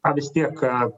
na vis tiek